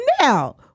Now